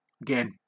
again